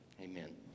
Amen